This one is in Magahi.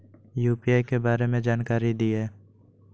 यू.पी.आई के बारे में जानकारी दियौ?